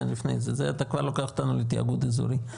אתה כבר לוקח אותנו לתיאגוד אזורי.